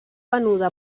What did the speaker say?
venuda